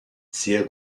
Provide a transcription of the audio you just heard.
sehr